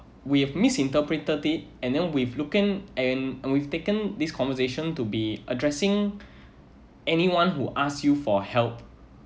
we have misinterpreted it and then we've looking and we've taken this conversation to be addressing anyone who asked you for help